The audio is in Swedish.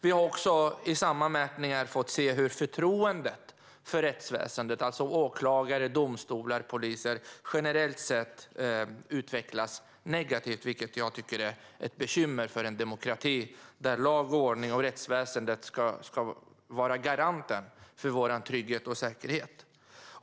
Vi har också i samma mätningar fått se hur förtroendet för rättsväsen - alltså åklagare, domstolar och poliser - generellt sett utvecklas negativt. Det tycker jag är ett bekymmer för en demokrati, där lag och ordning och rättsväsen ska vara garanten för vår trygghet och säkerhet.